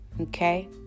okay